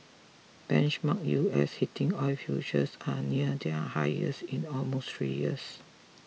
benchmark U S heating oil futures are near their highest in almost three years